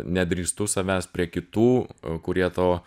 nedrįstu savęs prie kitų kurie to